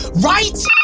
right?